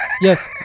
Yes